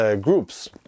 groups